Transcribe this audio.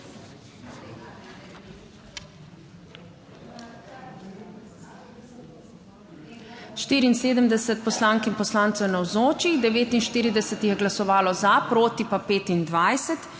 74 poslank in poslancev je navzočih, 49 je glasovalo za, proti pa 25.